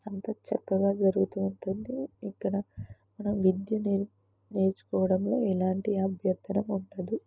అంత చక్కగా జరుగుతు ఉంటుంది ఇక్కడ మనం విద్య నేర్ నేర్చుకోవడంలో ఎలాంటి అభ్యంతరం ఉండదు